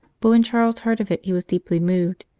but when charles heard of it he was deeply moved,